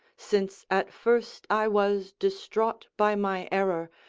since at first i was distraught by my error,